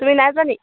তুমি নাই যোবা নি